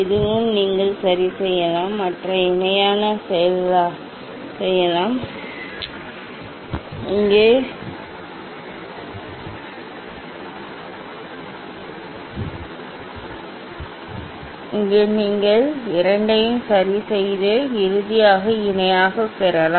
இதுவும் நீங்கள் சரிசெய்யலாம் மற்றும் இணையாக செய்யலாம் இங்கே நீங்கள் இந்த இரண்டையும் சரிசெய்து இறுதியாக இணையாக மாற்றலாம்